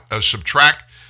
subtract